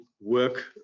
work